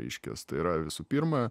reiškias tai yra visų pirma